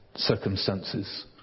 circumstances